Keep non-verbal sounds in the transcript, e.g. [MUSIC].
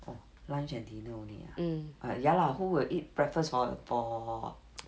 orh lunch and dinner only ah err ya lah who will eat breakfast for for [NOISE]